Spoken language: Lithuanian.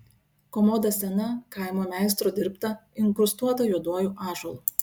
komoda sena kaimo meistro dirbta inkrustuota juoduoju ąžuolu